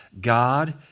God